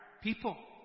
people